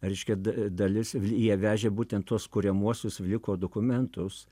reiškia da dalis jie vežė būtent tuos kuriamuosius vliko dokumentus